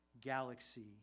galaxy